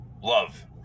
love